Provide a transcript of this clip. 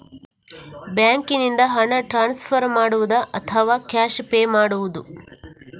ಬ್ಯಾಂಕಿನಿಂದ ಹಣ ಟ್ರಾನ್ಸ್ಫರ್ ಮಾಡುವುದ ಅಥವಾ ಕ್ಯಾಶ್ ಪೇ ಮಾಡುವುದು?